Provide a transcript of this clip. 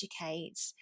educate